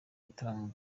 ibitaramo